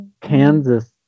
Kansas